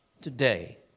today